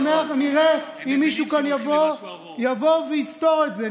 נראה אם מישהו כאן יבוא ויסתור את זה: